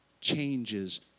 changes